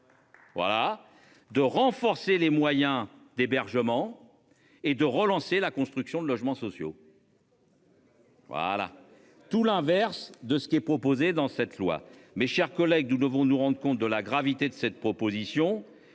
Voilà, de renforcer les moyens d'hébergement et de relancer la construction de logements sociaux. Voilà tout l'inverse de ce qui est proposé dans cette loi, mes chers collègues, nous devons nous rendent compte de la gravité de cette proposition.